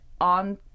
on